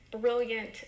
brilliant